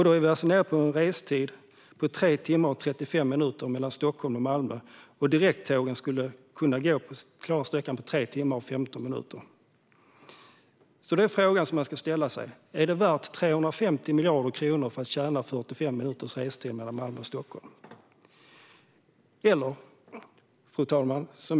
Då är man nere på en restid på 3 timmar och 35 minuter mellan Stockholm och Malmö, och direkttågen skulle kunna klara sträckan på 3 timmar och 15 minuter. Då är frågan: Är det värt 350 miljarder kronor för att tjäna 45 minuters restid mellan Malmö och Stockholm?